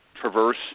traverse